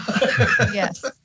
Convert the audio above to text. Yes